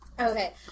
Okay